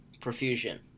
Profusion